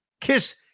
Kiss